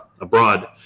abroad